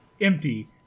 empty